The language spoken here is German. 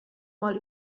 mal